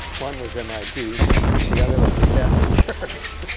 one was mit the other was the catholic church.